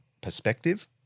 perspective